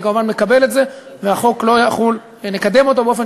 אני כמובן מקבל את זה ונקדם את החוק באופן